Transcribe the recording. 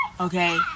Okay